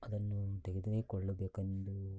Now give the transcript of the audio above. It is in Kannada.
ಅದನ್ನು ತೆಗೆದುಕೊಳ್ಳಬೇಕೆಂದು